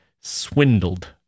swindled